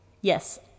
yes